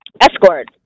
escort